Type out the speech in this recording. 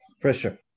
pressure